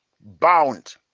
bound